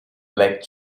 black